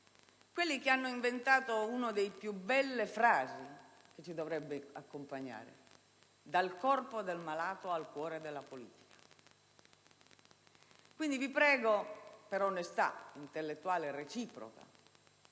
coloro che hanno inventato una delle frasi più belle, che dovrebbe accompagnarci: dal corpo del malato al cuore della politica. Quindi, vi prego, per onestà intellettuale reciproca,